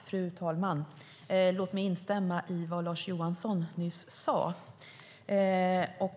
Fru talman! Låt mig instämma i det som Lars Johansson sade.